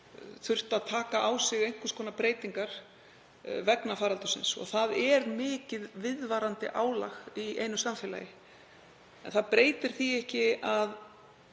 þurft að taka á sig einhvers konar breytingar vegna faraldursins og það er mikið viðvarandi álag í einu samfélagi. En það breytir því ekki að